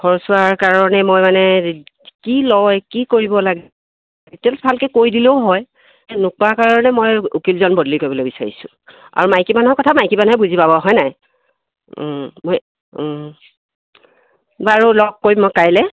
খৰচ হোৱাৰ কাৰণে মই মানে কি লয় কি কৰিব লাগে ডিটেইলচ ভালকৈ কৈ দিলেও হয় সেই নোকোৱা কাৰণে মই উকীলজন বদলি কৰিবলৈ বিচাৰিছোঁ আৰু মাইকী মানুহৰ কথা মাইকী মানুহে বুজি পাব হয় নাই মই বাৰু লগ কৰিম মই কাইলৈ